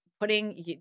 putting